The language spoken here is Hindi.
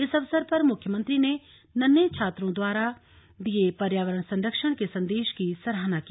इस अवसर पर मुख्यमंत्री ने नन्हें छात्रों द्वारा दिए पर्यावरण संरक्षण के संदेश की सराहना की